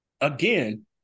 again